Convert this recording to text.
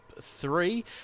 three